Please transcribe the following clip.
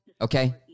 Okay